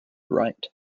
write